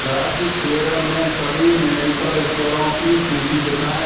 राज्य केरल में सभी मेडिकल स्टोरों की सूची दिखाएँ